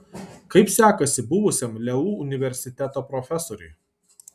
kaip sekasi buvusiam leu universiteto profesoriui